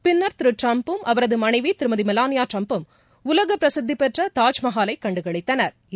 பின்னர் திருட்டிரம்பும் அவரதமனைவிதிருமதிமெலானியாட்டிரம்பும் உலகபிரசித்திபெற்றதாஜ்மஹாலைகண்டுகளித்தாா்